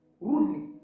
rudely